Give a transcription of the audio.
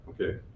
okay